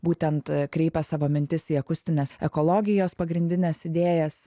būtent kreipia savo mintis į akustinės ekologijos pagrindines idėjas